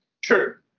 Sure